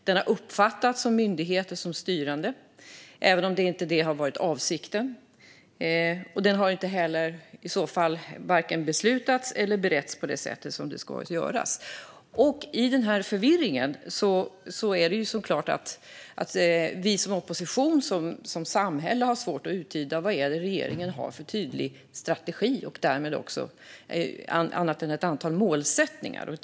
Den har uppfattats av myndigheter som styrande, även om det inte har varit avsikten. Och den har varken beslutats eller beretts på det sätt som den ska. I den här förvirringen är det klart att vi som opposition och samhället har svårt att uttyda vad regeringen har för strategi, utöver ett antal målsättningar.